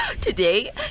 today